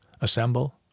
assemble